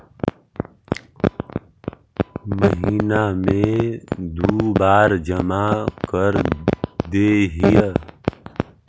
महिना मे दु बार जमा करदेहिय?